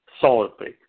solidly